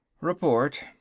report,